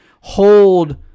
hold